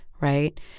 Right